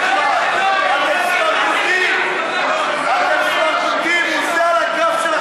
איך אתם סמרטוטים ולא אכפת לכם